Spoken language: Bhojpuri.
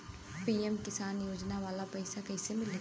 पी.एम किसान योजना वाला पैसा कईसे मिली?